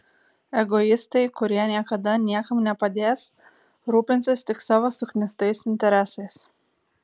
egoistai kurie niekada niekam nepadės rūpinsis tik savo suknistais interesais